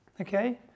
okay